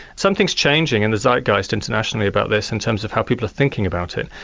something's changing in the zeitgeist internationally about this in terms of how people are thinking about it,